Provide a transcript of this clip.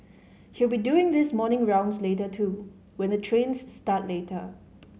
he'll be doing the morning rounds later too when the trains start later